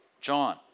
John